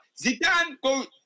Zidane